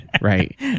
Right